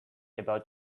about